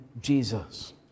Jesus